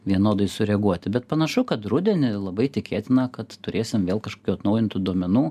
vienodai sureaguoti bet panašu kad rudenį labai tikėtina kad turėsim vėl kažkokių atnaujintų duomenų